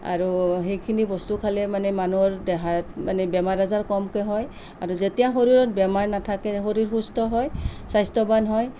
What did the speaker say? আৰু সেইখিনি বস্তু খালে মানে মানুহৰ দেহাত মানে বেমাৰ আজাৰ কমকৈ হয় আৰু যেতিয়া শৰীৰত বেমাৰ নাথাকে শৰীৰ সুস্থ হয় স্বাস্থ্যবান হয়